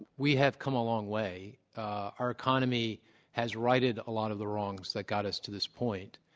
we have come a long way. our economy has righted a lot of the wrongs that got us to this point.